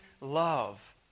love